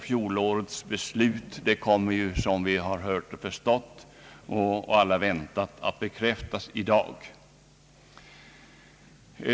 Fjolårets beslut kommer, såsom vi har förstått och såsom alla har väntat, att bekräftas i dag.